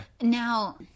Now